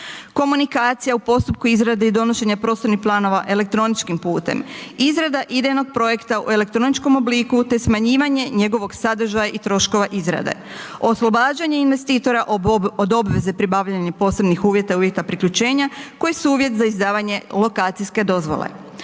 Komunikacija u postupku izrade i donošenja prostornih planova elektroničkim putem, izrada idejnog projekta u elektroničkom obliku, te smanjivanje njegovog sadržaja i troškova izrade, oslobađanje investitora od obveze pribavljanja posebnih uvjeta i uvjeta priključenja, koji su uvjet za izdavanje lokacijske dozvole.